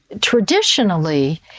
traditionally